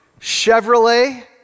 Chevrolet